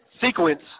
sequence